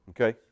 Okay